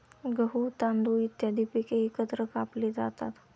गहू, तांदूळ इत्यादी पिके एकत्र कापली जातात